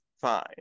fine